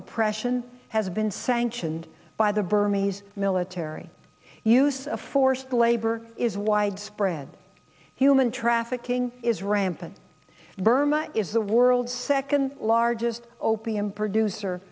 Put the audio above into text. repression has been sanctioned by the burmese military use of forced labor is widespread human trafficking is rampant burma is the world's second largest opium producer